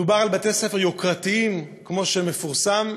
מדובר בבתי-ספר יוקרתיים, כמו שמפורסם,